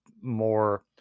more